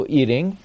eating